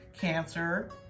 Cancer